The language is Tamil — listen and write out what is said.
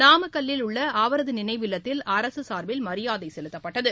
நாமக்கல்லில் உள்ள அவரது நினைவு இல்லத்தில் அரசு சார்பில் மரியாதை செலுத்தப்பட்டது